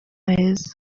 heza